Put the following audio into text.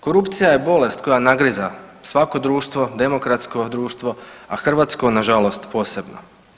Korupcija je bolest koja nagriza svako društvo, demokratsko društvo, a hrvatsko nažalost posebno.